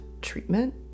treatment